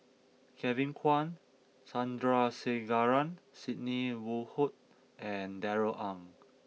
Kevin Kwan Sandrasegaran Sidney Woodhull and Darrell Ang